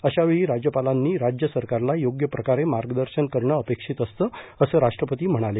अशा वेळी राज्यपालांनी राज्य सरकारला योग्य प्रकारे मार्गदर्शन करणे अपेक्षित असतं असं राष्ट्रपती म्हणाले